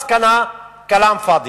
מסקנה, כלאם פאד'י.